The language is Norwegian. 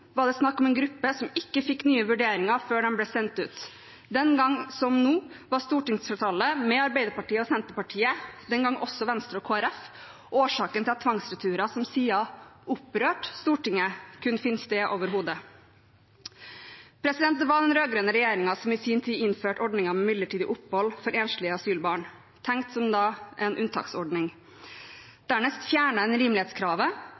var det snakk om en gruppe som ikke fikk nye vurderinger før den ble sendt ut. Den gang, som nå, var stortingsflertallet – Arbeiderpartiet og Senterpartiet, og også Venstre og Kristelig Folkeparti – årsaken til at tvangsreturer som siden opprørte Stortinget, kunne finne sted overhodet. Det var den rød-grønne regjeringen som i sin tid innførte ordningen med midlertidig opphold for enslige asylbarn, tenkt som en unntaksordning. Dernest fjernet en rimelighetskravet,